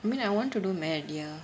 I mean I want to do med ya